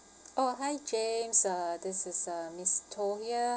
oh hi james uh this is uh miss stone here